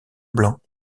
blancs